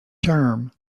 term